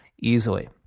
easily